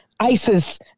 ISIS